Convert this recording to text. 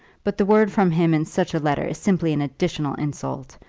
but the word from him in such a letter is simply an additional insult.